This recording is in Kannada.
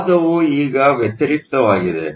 ವಾದವು ಈಗ ವ್ಯತಿರಿಕ್ತವಾಗಿದೆ